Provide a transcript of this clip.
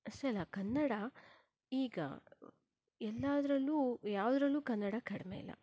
ಅಷ್ಟೇ ಅಲ್ಲ ಕನ್ನಡ ಈಗ ಎಲ್ಲದರಲ್ಲೂ ಯಾವುದ್ರಲ್ಲೂ ಕನ್ನಡ ಕಡಿಮೆ ಇಲ್ಲ